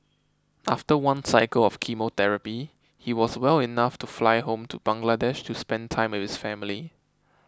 after one cycle of chemotherapy he was well enough to fly home to Bangladesh to spend time with his family